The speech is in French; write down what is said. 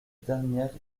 dernière